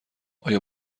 آیا